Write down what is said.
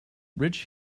rich